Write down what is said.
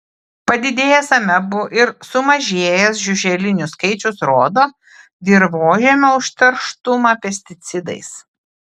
padidėjęs amebų ir sumažėjęs žiuželinių skaičius rodo dirvožemio užterštumą pesticidais